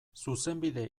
zuzenbide